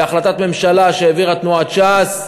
בהחלטת ממשלה שהעבירה תנועת ש"ס,